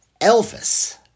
Elvis